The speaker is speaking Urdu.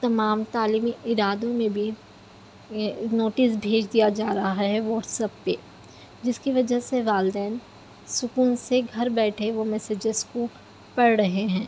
تمام تعلیمی ارادوں میں بھی یہ نوٹس بھیج دیا جا رہا ہے واٹس ایپ پہ جس کی وجہ سے والدین سکون سے گھر بیٹھے وہ میسیجس کو پڑھ رہے ہیں